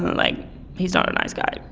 like he's not a nice guy.